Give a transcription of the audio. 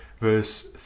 verse